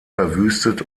verwüstet